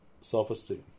Self-esteem